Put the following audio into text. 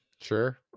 sure